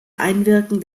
einwirken